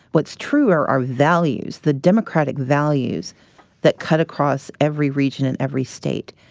what's true are our values, the democratic values that cut across every region in every state.